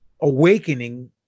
awakening